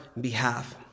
behalf